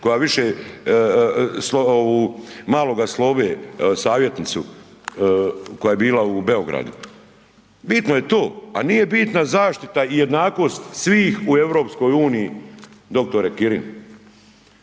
koja više ovu maloga slove savjetnicu koja je bila u Beogradu. Bitno je to, a nije bitna zaštita i jednakost svih u EU doktore Kirin.